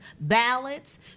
ballots